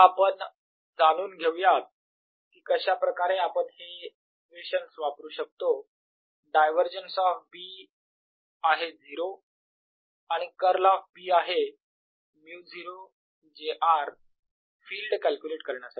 daI आता आपण जाणून घेऊयात की कशाप्रकारे आपण हे इक्वेशन्स वापरू शकतो डायवरजन्स ऑफ B आहे 0 आणि कर्ल ऑफ B आहे μ0 j r फिल्ड कॅल्क्युलेट करण्यासाठी